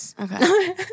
Okay